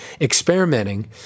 experimenting